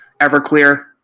Everclear